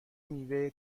میوه